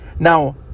Now